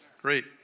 Great